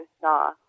saw